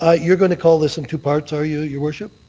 ah you're going to call this in two parts are you your worship?